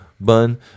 bun